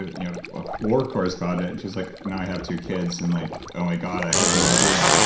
you know a war correspondent and she's like, now i have two kids and, like oh my god, i had no idea.